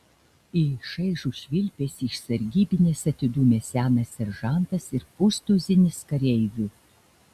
į šaižų švilpesį iš sargybinės atidūmė senas seržantas ir pustuzinis kareivių